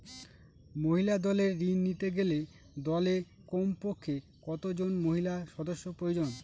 মহিলা দলের ঋণ নিতে গেলে দলে কমপক্ষে কত জন মহিলা সদস্য প্রয়োজন?